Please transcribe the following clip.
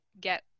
get